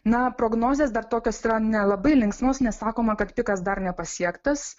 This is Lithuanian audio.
na prognozės dar tokios yra nelabai linksmos nes sakoma kad pikas dar nepasiektas